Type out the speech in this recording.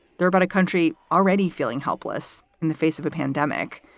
they're about a country already feeling helpless in the face of a pandemic,